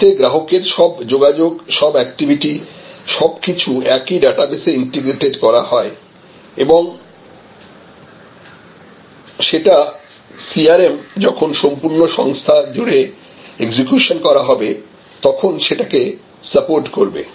এতে গ্রাহকের সব যোগাযোগ সব অ্যাকটিভিটি সবকিছু একই ডাটাবেসে ইন্টিগ্রেটেড করা হয় এবং সেটা CRM যখন সম্পূর্ণ সংস্থা জুড়ে এক্সিকিউশন করা হবে তখন সেটাকে সাপোর্ট করবে